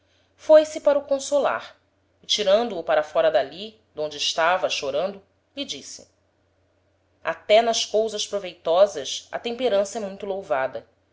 criação foi-se para o consolar e tirando o para fóra d'ali d'onde estava chorando lhe disse até nas cousas proveitosas a temperança é muito louvada